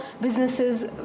businesses